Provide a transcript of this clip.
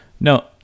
No